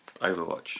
overwatch